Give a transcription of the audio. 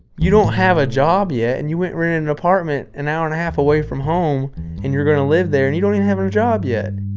you don't have a job yet and you went renting an apartment an hour and a half away from home and you're going to live there and you don't even have no job yet